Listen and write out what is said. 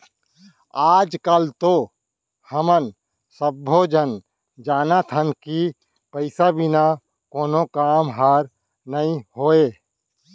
आज काल तो हमन सब्बो झन जानत हन कि पइसा बिना कोनो काम ह नइ होवय